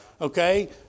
okay